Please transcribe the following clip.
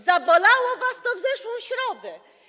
Zabolało was to w zeszłą środę.